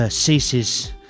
ceases